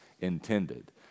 intended